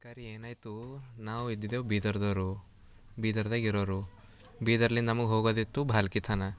ಅಕ್ಕರಿ ಏನಾಯಿತು ನಾವು ಇದ್ದಿದೆವು ಬೀದರ್ದವರು ಬೀದರ್ದಾಗೆ ಇರೋರು ಬೀದರ್ಲಿಂದ ನಮಗೆ ಹೋಗೋದಿತ್ತು ಭಾಲ್ಕಿ ತನ